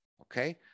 okay